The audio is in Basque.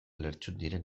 lertxundiren